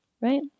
Right